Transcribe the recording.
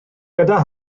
gyda